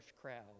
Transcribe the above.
crowd